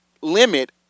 limit